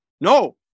No